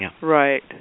Right